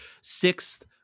sixth